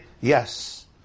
yes